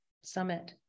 summit